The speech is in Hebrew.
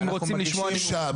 שישה.